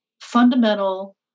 fundamental